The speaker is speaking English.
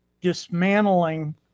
dismantling